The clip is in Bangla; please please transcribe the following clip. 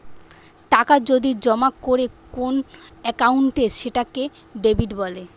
টাকা যদি জমা করে কোন একাউন্টে সেটাকে ডেবিট বলে